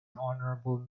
honorable